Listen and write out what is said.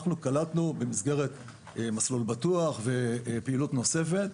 אנחנו קלטנו במסגרת "מסלול בטוח" ופעילות נוספת,